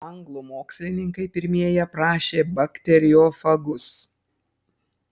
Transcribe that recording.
anglų mokslininkai pirmieji aprašė bakteriofagus